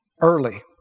early